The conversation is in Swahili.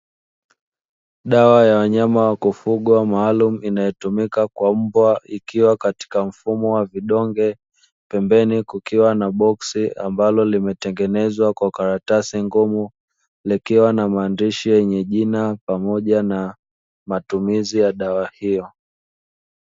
Dawa ya wanyama wa kufuga maalumu inayotumika kwa mbwa, ikiwa katika mfumo wa vidonge, pembeni kukiwa na boksi ambalo limetengenezwa kwa karatasi ngumu, likiwa na maandishi yenye jina pamoja na matumizi ya dawa hiyo.